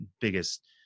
biggest